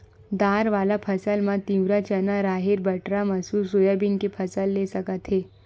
दार वाला फसल म तिंवरा, चना, राहेर, बटरा, मसूर, सोयाबीन के फसल ले सकत हे